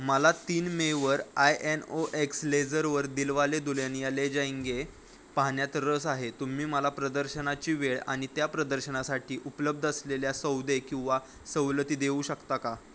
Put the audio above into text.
मला तीन मेवर आय एन ओ एक्स लेझरवर दिलवाले दुल्हनिया ले जाएंगे पाहण्यात रस आहे तुम्ही मला प्रदर्शनाची वेळ आणि त्या प्रदर्शनासाठी उपलब्ध असलेल्या सौदे किंवा सवलती देऊ शकता का